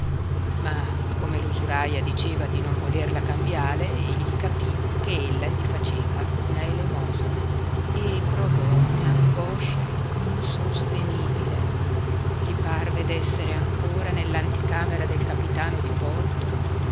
ma come l'usuraia diceva di non voler la cambiale egli capí che ella gli faceva una elemosina e provò un'angoscia insostenibile gli parve d'essere ancora nell'anticamera del capitano di porto